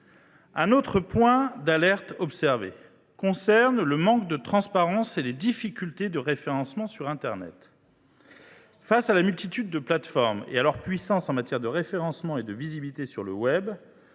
nous ont également alertés sur le manque de transparence et sur les difficultés de référencement sur internet. Face à la multitude de plateformes et à leur puissance en matière de référencement et de visibilité sur le web,